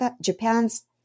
Japan's